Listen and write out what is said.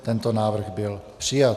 Tento návrh byl přijat.